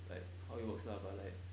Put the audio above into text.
like how it works lah but like